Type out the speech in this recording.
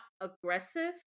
aggressive